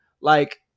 Like-